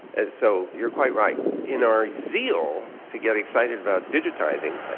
and so you are quite right, in our zeal to get excited about digitising, like,